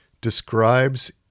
describes